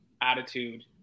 attitude